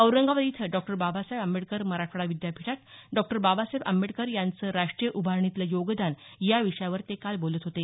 औरंगाबाद इथं डॉक्टर बाबासाहेब आंबेडकर मराठवाडा विद्यापीठात डॉक्टर बाबासाहेब आंबेडकर यांचे राष्ट उभारणीतले योगदान या विषयावर ते काल बोलत होते